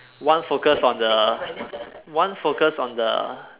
one focus on the one focus on the